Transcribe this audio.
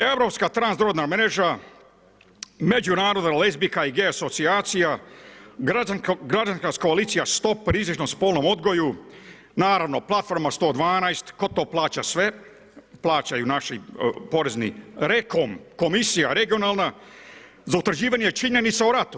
Europska transrodna mreža međunarodna lezbijska i gay asocijacija, građanska koalicija Stop rizičnom spolnom odgoju, naravno Platforma 112, tko to plaća sve, plaćaju naši porezni, REKOM, komisija regionalna za utvrđivanje činjenica o ratu.